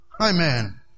amen